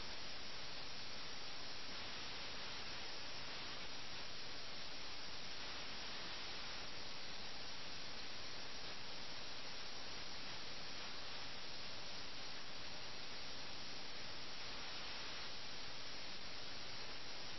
അതിനാൽ ഈ കഥയിൽ എല്ലാവരും അതിൽ ഉൾപ്പെട്ടിരിക്കുന്നു